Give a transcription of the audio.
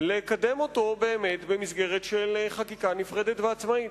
לקדם אותו באמת במסגרת חקיקה נפרדת ועצמאית.